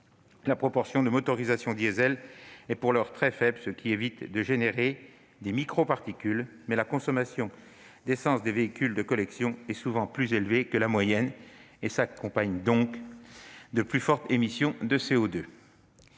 La proportion de motorisations diesel est, pour l'heure, très faible, ce qui évite la production de microparticules, mais la consommation d'essence des véhicules de collection est souvent plus élevée que la moyenne et s'accompagne donc de plus fortes émissions de CO2,